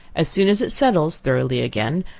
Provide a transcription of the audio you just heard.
as soon as it settles thoroughly again,